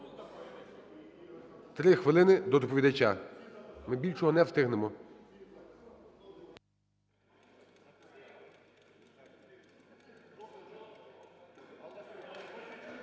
Три хвилини до доповідача. Ми більшого не встигнемо.